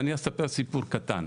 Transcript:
ואני אספר סיפור קטן.